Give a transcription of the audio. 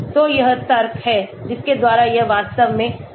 तो यह तर्क है जिसके द्वारा यह वास्तव में चला जाता है